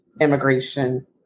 immigration